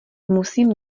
musím